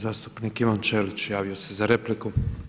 Zastupnik Ivan Ćelić javio se za repliku.